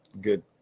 good